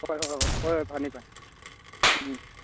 ꯍꯣꯏ ꯍꯣꯏ ꯍꯣꯏ ꯐꯅꯤ ꯐꯅꯤ ꯎꯝ